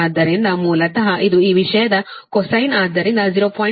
ಆದ್ದರಿಂದ ಮೂಲತಃ ಇದು ಈ ವಿಷಯದ ಕೊಸೈನ್ ಆದ್ದರಿಂದ 0